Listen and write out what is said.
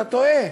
אתה טועה.